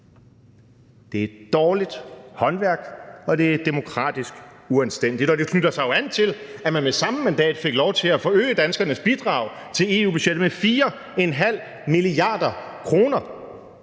Det er dårligt håndværk, og det er demokratisk uanstændigt, og det knytter sig jo an til, at man ved samme mandat fik lov til at forøge danskernes bidrag til EU-budgettet med 4,5 mia. kr.